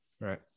Right